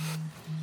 מעולם